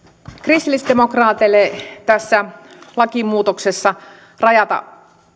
kristillisdemokraateille tässä lakimuutoksessa rajata